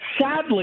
sadly